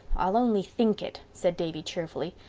i'll only think it, said davy cheerfully.